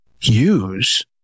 use